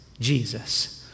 Jesus